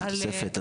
על תוספת בשכר?